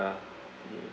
ya